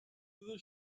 the